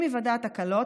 עם היוודע התקלות,